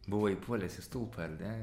buvai įpuolęs į stulpą ar ne